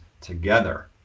together